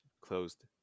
closed